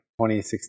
2016